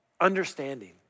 Understanding